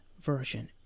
Version